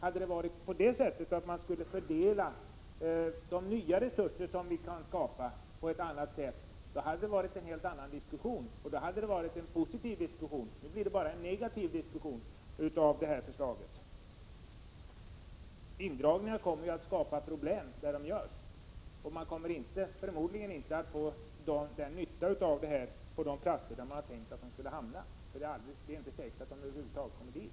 Om det varit så att man på ett annat sätt skulle fördela de nya resurser vi kan skapa hade det varit en helt annan och en positiv diskussion — nu blir det bara en negativ diskussion. Indragningarna kommer ju att skapa problem där de görs, och man kommer förmodligen inte att få nytta av det hela på de platser där man har tänkt att förstärkningarna skulle hamna; det är inte säkert att de över huvud taget kommer dit.